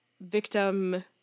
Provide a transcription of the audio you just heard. victim